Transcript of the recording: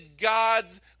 God's